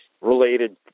related